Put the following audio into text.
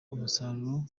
umusaruro